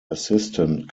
assistant